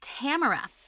Tamara